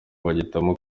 bagahitamo